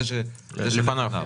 ואם לא, אז הוא משלם את כל המס.